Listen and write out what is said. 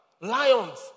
Lions